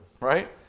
right